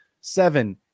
Seven